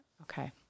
Okay